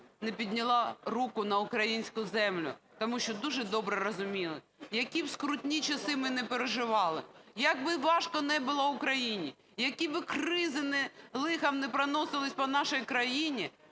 не підняло руку на українську землю. Тому що дуже добре розуміли: які б скрутні часи ми не переживали, як би важко не було Україні, які б кризи, лиха не проносились по нашій країні,